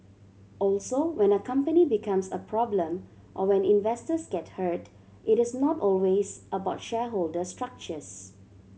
also when a company becomes a problem or when investors get hurt it is not always about shareholder structures